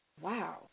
Wow